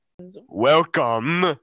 welcome